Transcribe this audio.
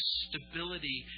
stability